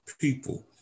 people